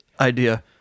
idea